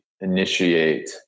initiate